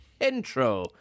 intro